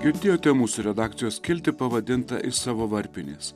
girdėjote mūsų redakcijos skiltį pavadintą iš savo varpinės